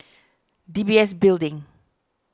D B S Building